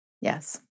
yes